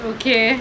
okay